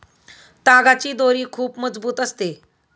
तागाची दोरी खूप मजबूत असते